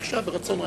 בבקשה, ברצון רב.